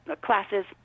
classes